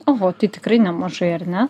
oho tai tikrai nemažai ar ne